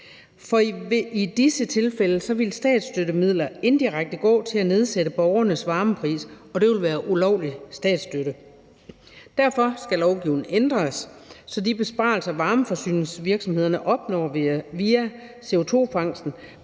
for i disse tilfælde ville statsstøttemidler indirekte gå til at nedsætte borgernes varmepris, og det ville være ulovlig statsstøtte. Derfor skal lovgivningen ændres, så de besparelser, varmeforsyningsvirksomhederne opnår via CO2-fangst,